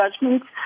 judgments